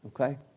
Okay